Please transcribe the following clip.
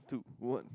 two onw